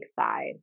side